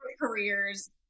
careers